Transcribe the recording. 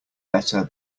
better